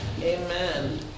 Amen